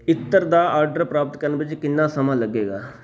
ਇੱਤਰ ਦਾ ਆਡਰ ਪ੍ਰਾਪਤ ਕਰਨ ਵਿੱਚ ਕਿੰਨਾ ਸਮਾਂ ਲੱਗੇਗਾ